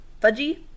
fudgy